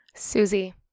Susie